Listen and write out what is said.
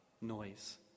noise